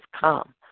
come